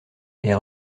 est